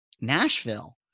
Nashville